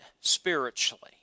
spiritually